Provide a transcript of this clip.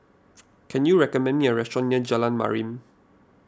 can you recommend me a restaurant near Jalan Mariam